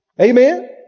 Amen